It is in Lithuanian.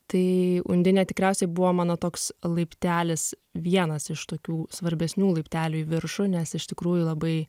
tai undinė tikriausiai buvo mano toks laiptelis vienas iš tokių svarbesnių laiptelių į viršų nes iš tikrųjų labai